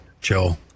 Joe